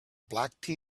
black